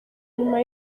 nyuma